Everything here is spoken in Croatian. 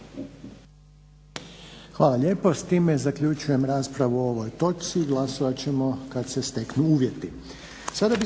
Hvala lijepo. S time zaključujem raspravu o ovoj točci. Glasovat ćemo kad se steknu uvjeti.